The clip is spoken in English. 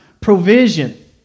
provision